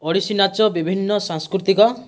ଓଡ଼ିଶୀ ନାଚ ବିଭିନ୍ନ ସାଂସ୍କୃତିକ